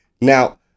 Now